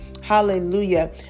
Hallelujah